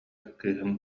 кыыһым